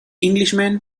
englishman